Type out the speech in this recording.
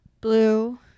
Blue